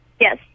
Yes